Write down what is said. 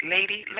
Lady